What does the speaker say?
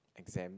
exam